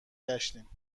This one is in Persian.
گشتیم